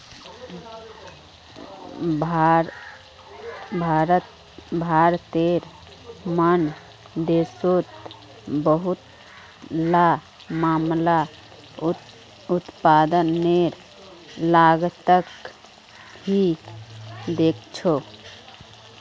भारतेर मन देशोंत बहुतला मामला उत्पादनेर लागतक ही देखछो